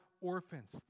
orphans